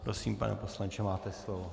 Prosím, pane poslanče, máte slovo.